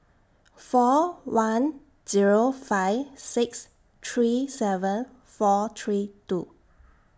four one Zero five six three seven four three two